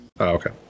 okay